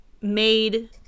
made